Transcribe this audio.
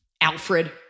Alfred